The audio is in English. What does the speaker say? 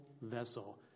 vessel